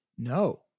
No